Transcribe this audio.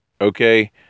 Okay